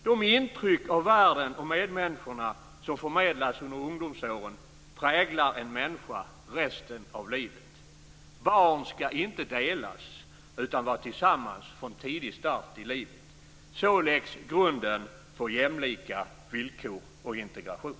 De intryck av världen och medmänniskorna som förmedlas under ungdomsåren präglar en människa resten av livet. Barngrupper ska inte delas utan vara tillsammans från tidig start i livet. Så läggs grunden för jämlika villkor och integration.